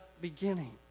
beginning